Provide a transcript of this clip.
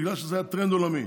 בגלל שזה היה טרנד עולמי.